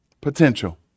Potential